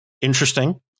Interesting